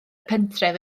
pentref